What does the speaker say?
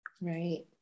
Right